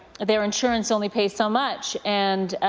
their insurance only pays so much. and